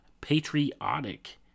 patriotic